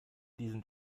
diesen